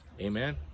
amen